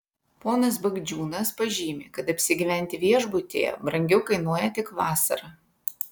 ponas bagdžiūnas pažymi kad apsigyventi viešbutyje brangiau kainuoja tik vasarą